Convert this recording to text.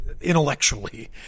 intellectually